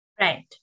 Right